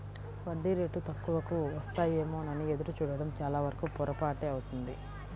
వడ్డీ రేటు తక్కువకు వస్తాయేమోనని ఎదురు చూడడం చాలావరకు పొరపాటే అవుతుంది